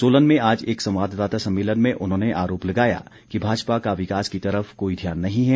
सोलन में आज एक संवाददाता सम्मेलन में उन्होंने आरोप लगाया कि भाजपा का विकास की तरफ कोई ध्यान नही है